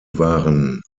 waren